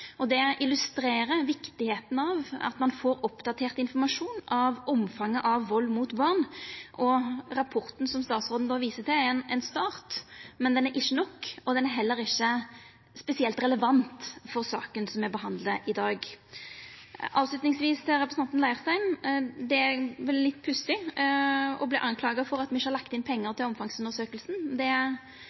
til. Det illustrerer viktigheita av at ein får oppdatert informasjon om omfanget av vald mot barn. Rapporten som statsråden viser til, er ein start, men han er ikkje nok, og han er heller ikkje spesielt relevant for saka som me behandlar i dag. Avslutningsvis til representanten Leirstein: Det er litt pussig å verta skulda for at me ikkje har lagt inn pengar til omfangsundersøkinga. Det er